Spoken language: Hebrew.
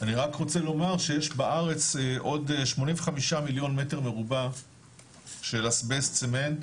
אני רק רוצה לומר שיש בארץ עוד 85 מיליון מ"ר של אסבסט צמנט